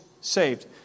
saved